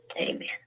amen